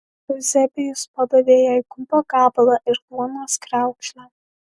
euzebijus padavė jai kumpio gabalą ir duonos kriaukšlę